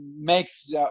Makes